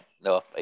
no